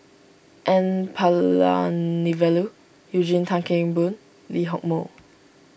N Palanivelu Eugene Tan Kheng Boon Lee Hock Moh